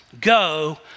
go